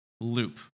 loop